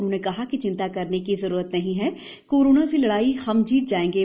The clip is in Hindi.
उन्होंने कहा कि चिंता करने की जरूरत नहीं है कोरोना से लड़ाई हम जीत जाएंगे